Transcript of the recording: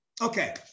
Okay